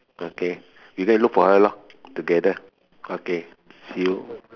okay you go and look for her lor together okay see you